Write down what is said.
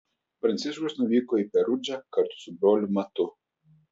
pranciškus nuvyko į perudžą kartu su broliu matu